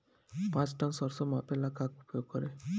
पाँच टन सरसो मापे ला का उपयोग करी?